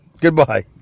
Goodbye